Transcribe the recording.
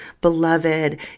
beloved